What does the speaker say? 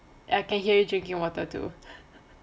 I can hear you drinking water too